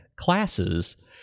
classes